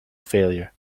failure